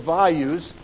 values